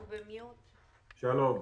שלום.